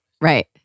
Right